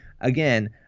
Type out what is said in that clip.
again